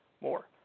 more